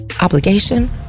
obligation